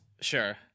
Sure